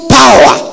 power